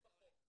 זה מתחיל בחוק,